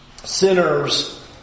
Sinners